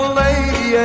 lady